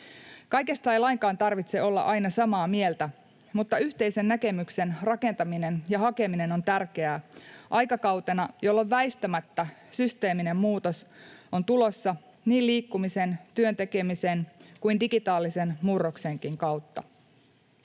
Kaikesta ei lainkaan tarvitse olla aina samaa mieltä, mutta yhteisen näkemyksen rakentaminen ja hakeminen on tärkeää aikakautena, jolloin väistämättä systeeminen muutos on tulossa niin liikkumisen, työn tekemisen kuin digitaalisen murroksenkin kautta.